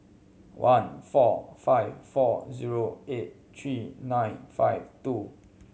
one four five four zero eight three nine five two